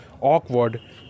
awkward